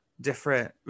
different